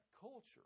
culture